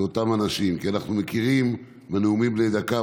זה אותם אנשים, כי אנחנו מכירים מהנאומים בני דקה.